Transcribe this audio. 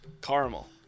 Caramel